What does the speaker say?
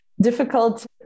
difficult